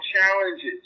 challenges